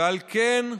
ועל כן,